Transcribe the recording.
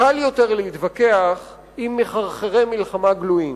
"קל יותר להתווכח עם מחרחרי מלחמה גלויים".